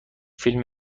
فیلم